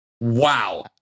Wow